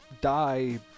die